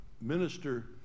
minister